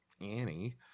Annie